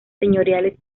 señoriales